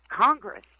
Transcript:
Congress